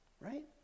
right